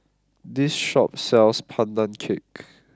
this shop sells Pandan Cake